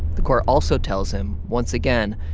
the court also tells him, once again,